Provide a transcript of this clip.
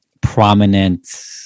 prominent